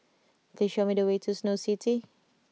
please show me the way to Snow City